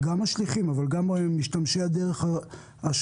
גם השליחים אבל גם משתמשי הדרך השונים